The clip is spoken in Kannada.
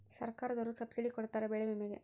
ಸರ್ಕಾರ್ದೊರು ಸಬ್ಸಿಡಿ ಕೊಡ್ತಾರ ಬೆಳೆ ವಿಮೆ ಗೇ